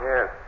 Yes